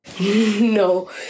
no